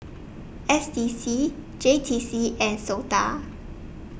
S D C J T C and Sota